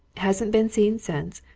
hasn't been seen since,